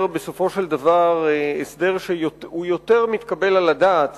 בסופו של דבר הסדר שהוא יותר מתקבל על הדעת